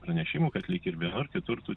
pranešimų kad lyg ir vienur kitur tų